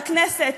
בכנסת,